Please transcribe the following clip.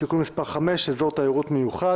(תיקון מס' 5) (אזור תיירות מיוחד),